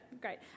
great